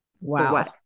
wow